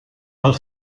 pel